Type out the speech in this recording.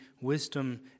wisdom